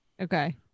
Okay